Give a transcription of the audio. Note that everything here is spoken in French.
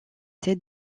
tête